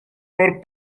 por